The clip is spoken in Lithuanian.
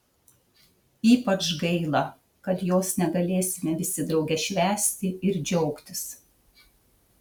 ypač gaila kad jos negalėsime visi drauge švęsti ir džiaugtis